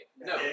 No